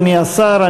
אדוני השר.